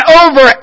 over